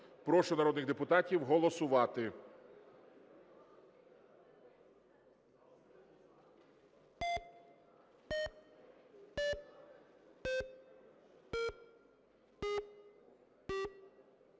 Прошу народних депутатів голосувати.